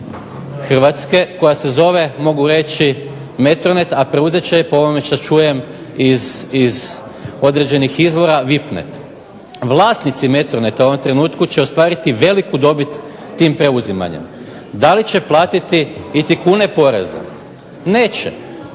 hrvatske koja se zove mogu reći METRONET a preuzet će je po ovome što čujem iz određenih izvora VIPNET. Vlasnici METRONET-a u ovom trenutku će ostvariti veliku dobit tim preuzimanjem. Da li će platiti iti kune poreza? Neće.